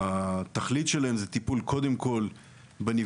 שהתכלית שלהן זה טיפול קודם כל בנפגעים